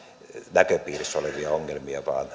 näköpiirissä olevia ongelmia vaan